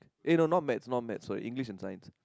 eh no not maths not maths sorry English and science